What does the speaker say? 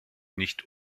nicht